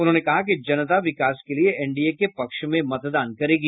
उन्होंने कहा कि जनता विकास के लिए एनडीए के पक्ष में मतदान करेगी